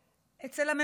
אצל הממשלה.